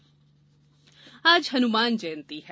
हनुमान जयंती आज हनुमान जयंती है